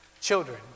children